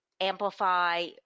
amplify